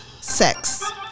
sex